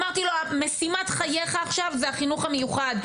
אמרתי לו משימת חייך עכשיו זה החינוך המיוחד,